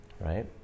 right